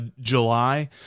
July